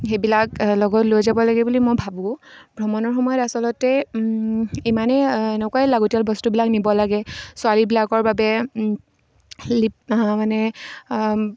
সেইবিলাক লগত লৈ যাব লাগে বুলি মই ভাবোঁ ভ্ৰমণৰ সময়ত আচলতে ইমানেই এনেকুৱাই লাগতিয়াল বস্তুবিলাক নিব লাগে ছোৱালীবিলাকৰ বাবে লি মানে